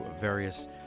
various